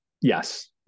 Yes